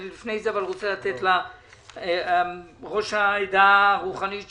לפני זה אני רוצה לתת לראש העדה הרוחנית.